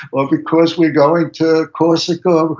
or because we're going to corsica?